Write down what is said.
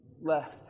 left